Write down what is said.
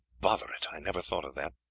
bother it! i never thought of that.